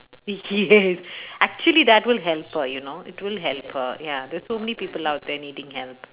yes actually that would help her you know it would help her ya there are so many people out there needing help